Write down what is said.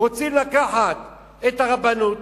רוצים לקחת את הרבנות